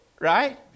right